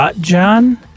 John